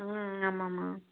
ம் ஆமாம்மா